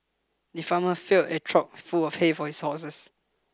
the farmer filled a trough full of hay for his horses